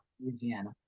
louisiana